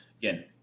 Again